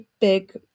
big